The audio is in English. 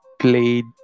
played